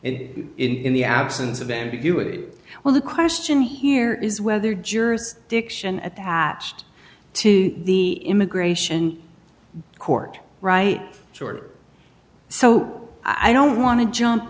e it in the absence of ambiguity well the question here is whether jurors diction at the patched to the immigration court right short so i don't want to jump